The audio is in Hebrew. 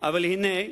אבל הנה,